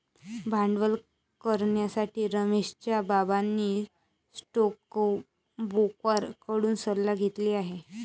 भांडवल करण्यासाठी रमेशच्या बाबांनी स्टोकब्रोकर कडून सल्ला घेतली आहे